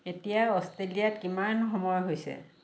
এতিয়া অষ্ট্রেলিয়াত কিমান সময় হৈছে